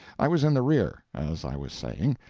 i was in the rear, as i was saying.